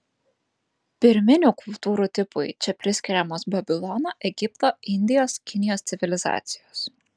pirminių kultūrų tipui čia priskiriamos babilono egipto indijos kinijos civilizacijos